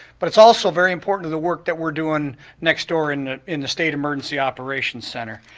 but it's also very important to the work that we're doing next door in in the state emergency operations center.